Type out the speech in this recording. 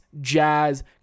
Jazz